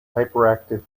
hyperactive